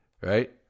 right